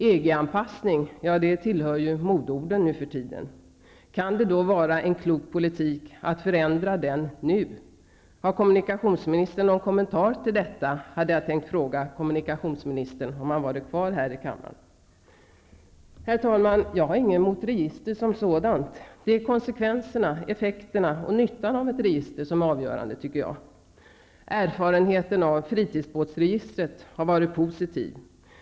EG anpassning tillhör ju modeorden nu för tiden. Kan det då vara en klok politik att förändra sjöfartspolitiken nu? Jag hade tänkt att fråga kommunikationsministern om han hade någon kommentar till detta, om han hade varit kvar här i kammaren. Herr talman! Jag har inget emot register som sådana. Det är konsekvenserna, effekterna och nyttan av ett register som är avgörande, tycker jag. Erfarenheten av fritidsbåtsregistret har varit positiv.